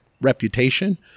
reputation